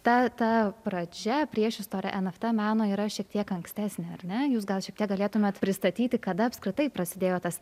ta ta pradžia priešistorė en ef tė meno yra šiek tiek ankstesnė ar ne jūs gal šiek tiek galėtumėt pristatyti kada apskritai prasidėjo tas